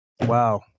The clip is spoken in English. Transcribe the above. Wow